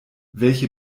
welche